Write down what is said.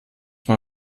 man